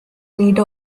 made